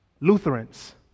Lutherans